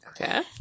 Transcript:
Okay